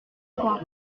trois